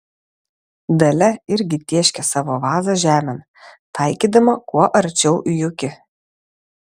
dalia irgi tėškė savo vazą žemėn taikydama kuo arčiau juki